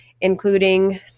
including